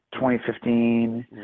2015